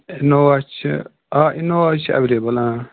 Innova چھِ آ Innova چھِ ایٚویلیبُل